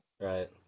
Right